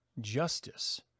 justice